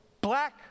black